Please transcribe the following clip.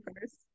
first